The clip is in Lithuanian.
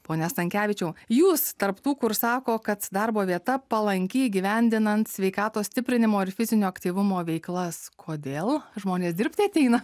pone stankevičiau jūs tarp tų kur sako kad darbo vieta palanki įgyvendinant sveikatos stiprinimo ir fizinio aktyvumo veiklas kodėl žmonės dirbti ateina